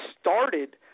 started